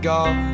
God